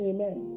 Amen